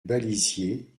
balisier